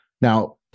now